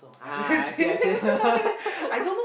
ah I see I see